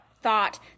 thought